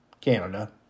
Canada